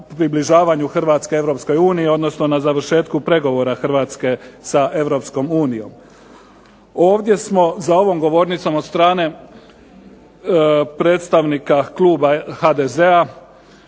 približavanju Hrvatske Europskoj uniji, odnosno na završetku pregovora Hrvatske sa Europskom unijom. Ovdje smo za ovom govornicom od strane predstavnika kluba HDZ-a